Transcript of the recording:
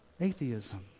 atheism